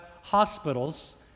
hospitals